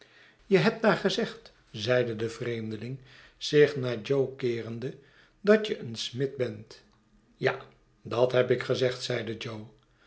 je hebt daar gezegd zeide de vreemdeling zich naar jo keerende dat je een smid bent ja dat heb ik gezegd zeide jo